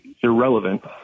irrelevant